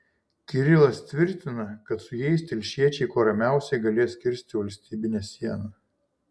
kirilas tvirtina kad su jais telšiečiai kuo ramiausiai galės kirsti valstybinę sieną